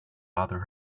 bother